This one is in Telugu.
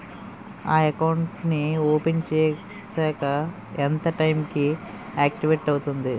అకౌంట్ నీ ఓపెన్ చేశాక ఎంత టైం కి ఆక్టివేట్ అవుతుంది?